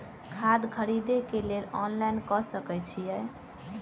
खाद खरीदे केँ लेल ऑनलाइन कऽ सकय छीयै?